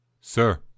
Sir